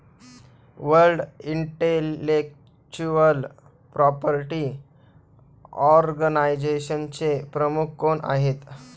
World intellectual property ऑर्गनायझेशनचे प्रमुख कोण आहेत?